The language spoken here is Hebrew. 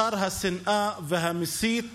שר השנאה והמסית הלאומי.